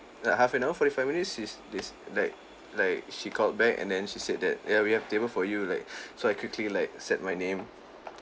like half an hour forty five minutes she's this like like she called back and then she said that ya we have a table for you like so I quickly like set my name